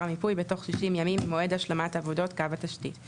המיפוי בתוך 60 ימים ממועד השלמת עבודות קו התשתית;